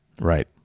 Right